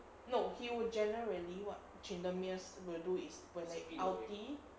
no he would generally what tryndameres will do is when they ulti